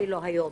אפילו היום,